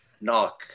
knock